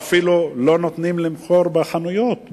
פעם לא נתנו למכור בחנויות.